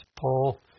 Paul